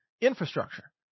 infrastructure